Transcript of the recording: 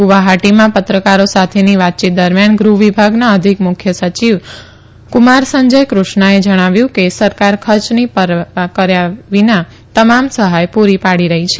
ગુવાહાટીમાં પત્રકારો સાથેની વાતચીત દરમિયાન ગૃહ વિભાગના અધિક મુખ્ય સચિવ કુમાર સંજીગ કૃષ્ણાએ જણાવ્યું કે સરકાર ખર્ચની પરવા વિના તમામ સહાય પુરી પાડી રહી છે